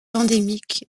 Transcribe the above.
endémique